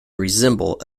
resemble